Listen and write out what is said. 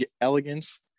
elegance